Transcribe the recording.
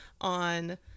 on